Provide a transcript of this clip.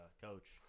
coach